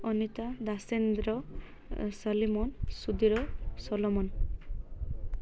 ଅନିତା ଦାସେନ୍ଦ୍ର ସଲିମନ ସୁଧୀର ସୋଲୋମନ